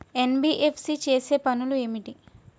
NBFC చేసే పనులు ఏమిటి?